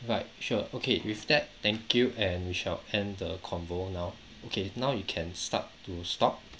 right sure okay with that thank you and we shall end the convo now okay now you can start to stop